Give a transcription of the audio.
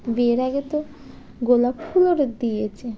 বিয়ের আগে তো গোলাপ ফুল দিয়েছে